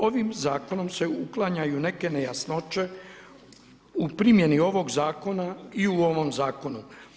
Ovim zakonom se uklanjaju neke nejasnoće u primjeni ovog zakona i u ovom zakonu.